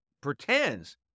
pretends